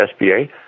SBA